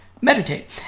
meditate